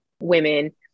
women